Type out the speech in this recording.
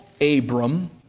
Abram